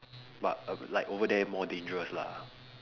but err like over there more dangerous lah